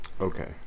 Okay